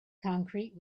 concrete